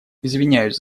извиняюсь